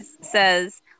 says